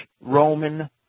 Roman